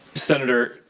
senator,